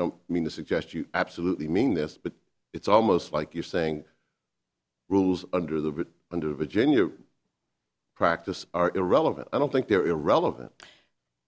don't mean to suggest you absolutely mean this but it's almost like you're saying rules under the under virginia practice are irrelevant i don't think they're irrelevant